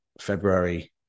February